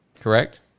Correct